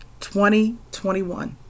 2021